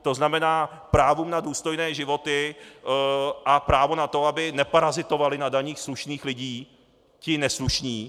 To znamená právu na důstojné životy a právu na to, aby neparazitovali na daních slušných lidí ti neslušní.